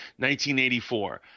1984